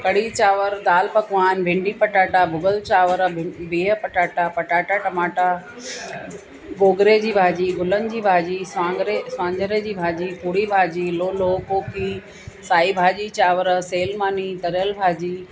कढ़ी चांवर दाल पकवान भिंडी पटाटा भुॻल चांवर बिह पटाटा पटाटा टमाटा गोगरे जी भाॼी गुलनि जी भाॼी सवांगरे स्वांजरे जी भाॼी पूड़ी भाॼी लोलो कोकी साई भाॼी चांवर सेल मानी तरियल भाॼी